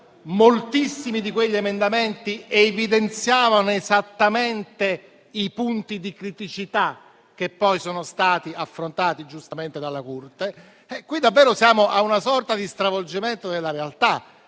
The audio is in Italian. Moltissimi di quegli emendamenti evidenziavano esattamente i punti di criticità che sono poi stati affrontati giustamente dalla Corte. Ci troviamo di fronte a una sorta di stravolgimento della realtà.